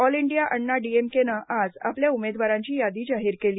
all India Anna D M K नं आज आपल्या उमेदवारांची यादी जाहीर केली